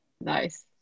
Nice